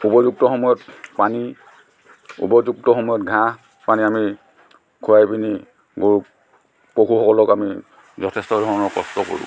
উপযুক্ত সময়ত পানী উপযুক্ত সময়ত ঘাঁহ মানে আমি খুৱাই পিনি গৰুক পশুসকলক আমি যথেষ্ট ধৰণৰ কষ্ট কৰোঁ